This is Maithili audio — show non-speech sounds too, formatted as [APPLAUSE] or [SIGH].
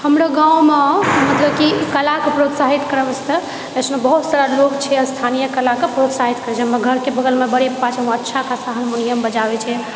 हमरो गाँवमे मतलब कि कला कऽ प्रोत्साहित [UNINTELLIGIBLE] बहुत सारा लोग छै स्थानीय कला कऽ प्रोत्साहित करै छै हमर घरके बगलमे बड़े पापा छै वह अच्छा खासा हारमोनियम बजाबै छै